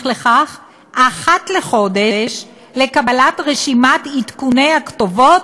לכך אחת לחודש לקבלת רשימת עדכוני הכתובות